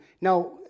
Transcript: Now